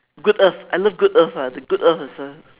good earth I love good earth ah the good earth also